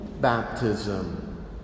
baptism